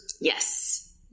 Yes